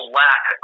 lack